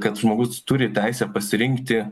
kad žmogus turi teisę pasirinkti